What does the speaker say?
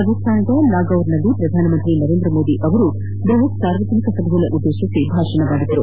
ರಾಜಸ್ತಾನದ ನಾಗೌರ್ನಲ್ಲಿ ಪ್ರಧಾನಮಂತ್ರಿ ನರೇಂದ್ರ ಮೋದಿಯವರು ಬ್ಬಹತ್ ಸಾರ್ವಜನಿಕ ಸಭೆಯನ್ನು ಉದ್ದೇಶಿಸಿ ಭಾಷಣ ಮಾಡಿದರು